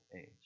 age